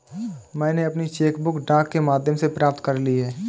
मैनें अपनी cheque book डाक के माध्यम से प्राप्त कर ली है